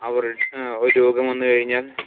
അവര് ഒരു രോഗം വന്നു കഴിഞ്ഞാൽ